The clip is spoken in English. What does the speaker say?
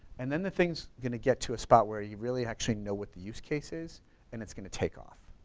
and then the thing's gonna get to a spot where you really actually know what the use case is and it's gonna take off.